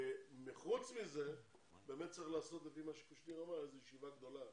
חוץ מזה, באמת צריך לעשות ישיבה גדולה